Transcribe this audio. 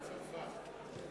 בצרפת.